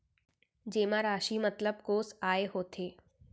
जेमा राशि मतलब कोस आय होथे?